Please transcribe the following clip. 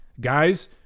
guys